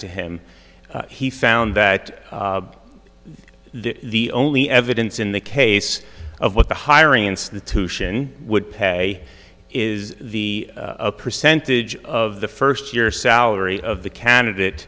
to him he found that the only evidence in the case of what the hiring institution would pay is the a percentage of the first year salary of the candidate